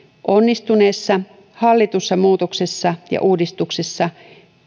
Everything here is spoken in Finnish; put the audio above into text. onnistuneessa hallitussa muutoksessa ja uudistuksessa